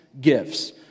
gifts